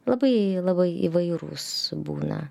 labai labai įvairūs būna